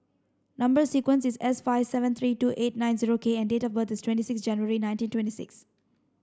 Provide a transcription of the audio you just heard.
number sequence is S five seven three two eight nine zero K and date of birth is twenty six January nineteen twenty six